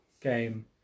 game